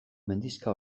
mendixka